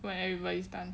when everybody is done